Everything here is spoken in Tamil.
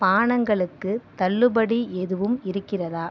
பானங்களுக்கு தள்ளுபடி எதுவும் இருக்கிறதா